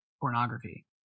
pornography